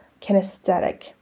kinesthetic